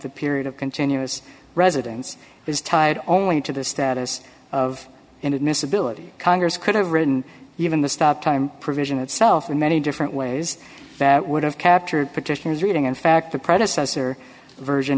the period of continuous residence is tied only to the status of inadmissibility congress could have written even the stop time provision itself in many different ways that would have captured petitioners reading in fact the predecessor version